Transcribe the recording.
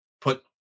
put